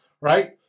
right